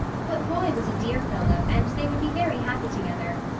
but roy was a dear fellow and they would be very happy together,